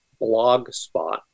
blogspot